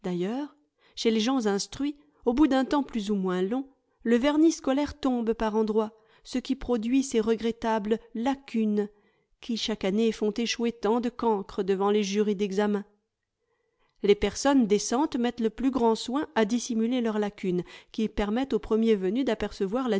chez les gens instruits au bout d'un temps plus ou moins long le vernis scolaire tombe par endroits ce qui produit ces regrettables lacunes qui chaque année font échouer tant de cancres devant les jurys d'examen les personnes décentes mettent le plus grand soin à dissimuler leurs lacunes qui permettent au premier venu d'apercevoir